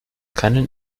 keinen